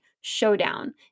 Showdown